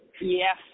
Yes